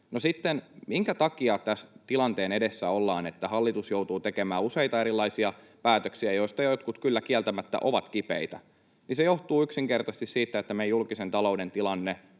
se sitten, minkä takia tässä tilanteen edessä ollaan, että hallitus joutuu tekemään useita erilaisia päätöksiä, joista jotkut kyllä kieltämättä ovat kipeitä, johtuu yksinkertaisesti siitä, että meidän julkisen talouden tilanne